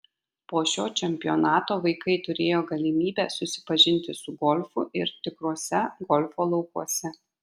po šio čempionato vaikai turėjo galimybę susipažinti su golfu ir tikruose golfo laukuose